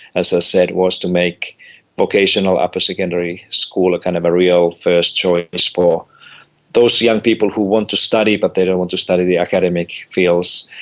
as i said, was to make vocational upper secondary school a kind of a real first choice for those young people who want to study but they don't want to study the academic fields.